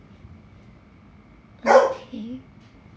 okay